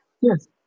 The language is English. Yes